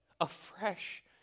afresh